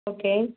okay